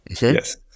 Yes